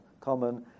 common